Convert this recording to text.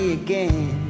again